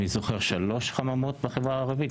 נדמה לי שלוש חממות בחברה הערבית.